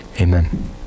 Amen